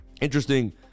Interesting